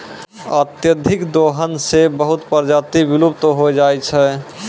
अत्यधिक दोहन सें बहुत प्रजाति विलुप्त होय जाय छै